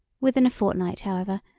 within a fortnight, however,